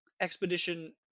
Expedition